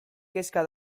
kezka